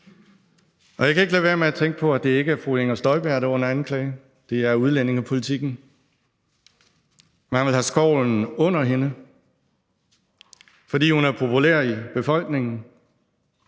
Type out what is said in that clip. og jeg kan ikke lade være med at tænke på, at det ikke er fru Inger Støjberg, der er under anklage; det er udlændingepolitikken. Man vil have skovlen under hende, fordi hun er populær i befolkningen,